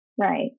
right